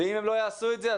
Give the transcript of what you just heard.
ואם הם לא יעשו את זה,